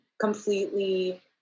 completely